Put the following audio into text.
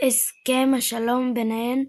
הסכם השלום ביניהן,